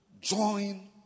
Join